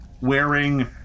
wearing